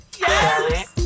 Yes